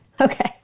okay